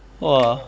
!whoa!